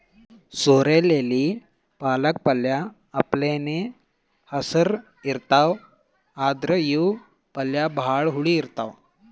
sorrel ಎಲಿ ಪಾಲಕ್ ಪಲ್ಯ ಅಪ್ಲೆನೇ ಹಸ್ರ್ ಇರ್ತವ್ ಆದ್ರ್ ಇವ್ ಪಲ್ಯ ಭಾಳ್ ಹುಳಿ ಇರ್ತವ್